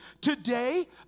Today